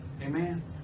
amen